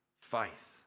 Faith